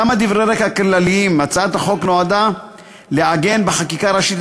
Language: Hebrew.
כמה דברי רקע כלליים: הצעת החוק נועדה לעגן בחקיקה ראשית